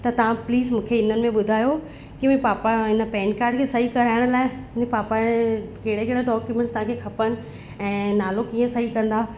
त तव्हां प्लीज़ मूंखे इन में ॿुधायो कि भाई पापा इन पैन कार्ड खे सही कराइण लाइ मुंहिंजे पापा जे कहिड़े कहिड़ा डॉक्यूमेंट्स तव्हां खे खपनि ऐं नालो कीअं सही कंदा